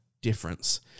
difference